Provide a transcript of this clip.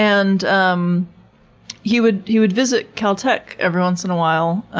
and um he would he would visit cal tech every once in a while,